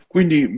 Quindi